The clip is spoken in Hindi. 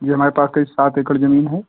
जी हमारे पास करीब सात एकड़ जमीन है